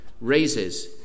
raises